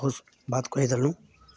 किछु बात कहि देलहुँ